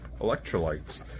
Electrolytes